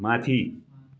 माथि